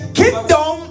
kingdom